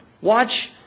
Watch